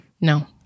No